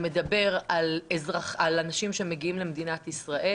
שמדבר על אנשים שמגיעים למדינת ישראל.